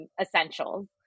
essentials